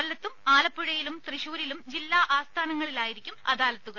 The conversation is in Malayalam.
കൊല്ലത്തും ആലപ്പുഴയിലും തൃശൂരിലും ജില്ലാ ആസ്ഥാനങ്ങളിലുമായിരിക്കും അദാലത്തുകൾ